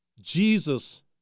Jesus